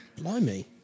Blimey